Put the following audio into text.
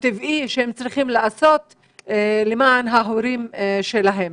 הטבעי שהם צריכים לעשות למען ההורים שלהם.